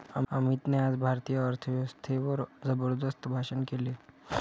अमितने आज भारतीय अर्थव्यवस्थेवर जबरदस्त भाषण केले